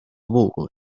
volgut